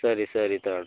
ಸರಿ ಸರಿ ತೊಗೊಳ್ರಿ